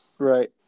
Right